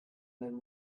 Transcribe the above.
then